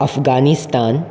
Afghanistan